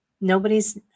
nobody's